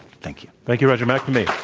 thank you. thank you, roger mcnamee.